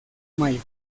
mayo